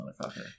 motherfucker